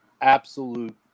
Absolute